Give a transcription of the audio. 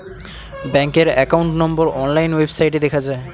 ব্যাঙ্কের account number online ওয়েবসাইটে দেখা যায়